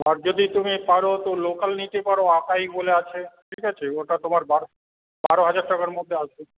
আর যদি তুমি পারো তো লোকাল নিতে পারো আকাই বলে আছে ঠিক আছে ওটা তোমার বারো বারো হাজার টাকার মধ্যে আসবে